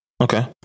Okay